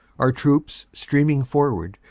our troops, streaming forward,